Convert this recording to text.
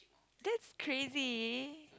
that's crazy